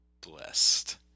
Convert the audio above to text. Blessed